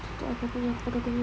tu aku punya kau pakai kau punya